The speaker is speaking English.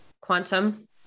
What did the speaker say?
Quantum